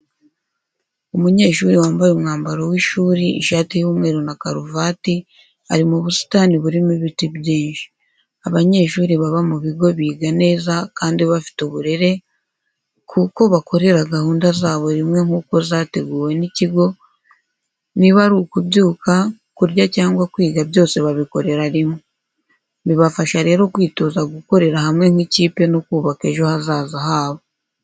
Umunyeshuri wambaye umwambaro w’ishuri, ishati y’umweru na karuvati, ari mu busitani burimo ibiti byinshi. Abanyeshuri baba mu bigo biga neza kandi bafite uburere, kuko bakorera gahunda zabo rimwe nkuko zateguwe n'ikigo, niba ari ukubyuka, kurya cyangwa kwiga byose babikorera rimwe. Bibafasha rero kwitoza gukorera hamwe nk'ikipe no kubaka ejo hazaza habo.